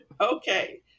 Okay